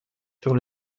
sur